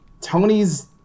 Tony's